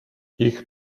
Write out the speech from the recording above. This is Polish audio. ich